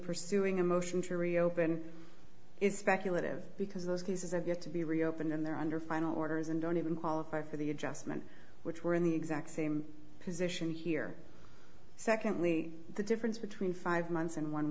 pursuing a motion to reopen is speculative because those cases of yet to be reopened in there under final orders and don't even qualify for the adjustment which were in the exact same position here secondly the difference between five months and one